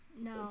No